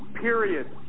period